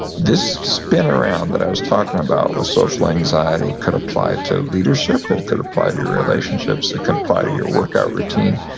this spin around that i was talking about with social anxiety could apply to leadership, it it could apply to your relationships, it can apply to your workout routine,